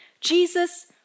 Jesus